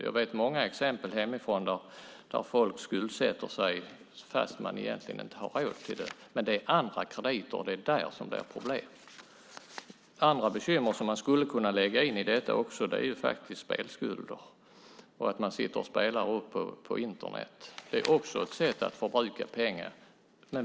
Jag har många exempel på hur folk där hemma skuldsätter sig fast de inte har råd. Men det är andra krediter, och det är de som är problemet. Andra bekymmer som man också skulle kunna lägga in i detta är faktiskt spelskulder, att man sitter och spelar på Internet. Det är också ett sätt att förbruka pengar.